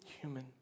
human